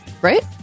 Right